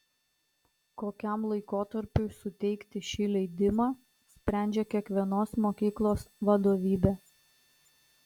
kokiam laikotarpiui suteikti šį leidimą sprendžia kiekvienos mokyklos vadovybė